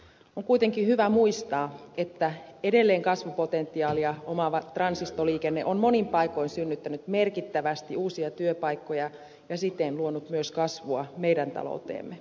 on kuitenkin hyvä muistaa että edelleen kasvupotentiaalia omaava transitoliikenne on monin paikoin synnyttänyt merkittävästi uusia työpaikkoja ja siten luonut myös kasvua meidän talouteemme